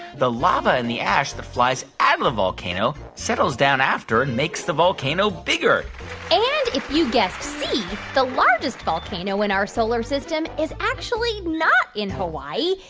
the lava and the ash that flies at the volcano settles down after and makes the volcano bigger and if you guessed c, the largest volcano in our solar system is actually not in hawaii.